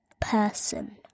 person